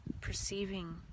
perceiving